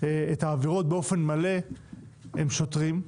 את העבירות באופן מלא הם שוטרים,